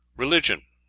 religion